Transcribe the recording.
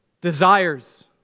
desires